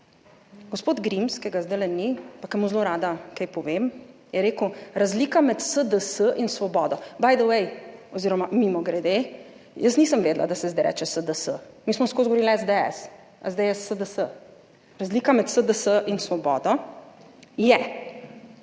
Gospod Grims, ki ga zdajle ni, pa ki mu zelo rada kaj povem, je rekel, razlika med SDS in Svobodo, by the way oziroma mimogrede, jaz nisem vedela, da se zdaj reče SDS. Mi smo skozi govorili SDS, a zdaj je SDS. Razlika med SDS in Svobodo je,